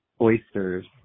Oysters